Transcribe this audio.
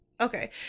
Okay